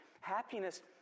happiness